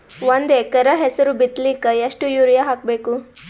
ಒಂದ್ ಎಕರ ಹೆಸರು ಬಿತ್ತಲಿಕ ಎಷ್ಟು ಯೂರಿಯ ಹಾಕಬೇಕು?